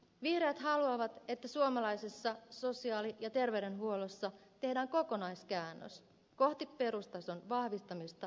vihreät haluavat että suomalaisessa sosiaali ja terveydenhuollossa tehdään kokonaiskäännös kohti perustason vahvistamista ja ennaltaehkäisyä